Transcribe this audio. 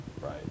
right